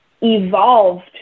evolved